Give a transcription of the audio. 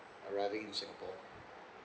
arriving in singapore